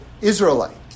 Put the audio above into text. Israelite